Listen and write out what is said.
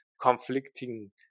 conflicting